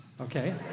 Okay